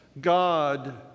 God